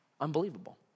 Unbelievable